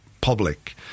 public